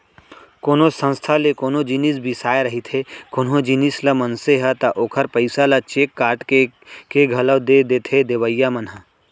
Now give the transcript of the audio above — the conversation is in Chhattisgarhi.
कोनो संस्था ले कोनो जिनिस बिसाए रहिथे कोनो जिनिस ल मनसे ह ता ओखर पइसा ल चेक काटके के घलौ दे देथे देवइया मन ह